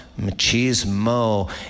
machismo